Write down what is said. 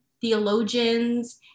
theologians